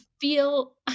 feel